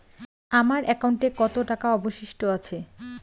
আমার একাউন্টে কত টাকা অবশিষ্ট আছে?